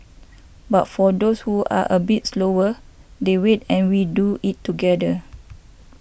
but for those who are a bit slower they wait and we do it together